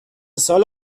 سال